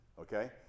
Okay